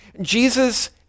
Jesus